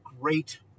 great